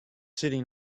sitting